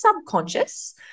subconscious